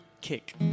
kick